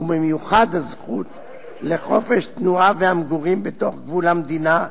ובמיוחד הזכות לחופש תנועה והמגורים בתוך גבול המדינה,